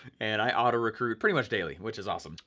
and i auto-recruit pretty much daily, which is awesome.